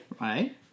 Right